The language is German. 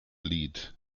lied